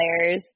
players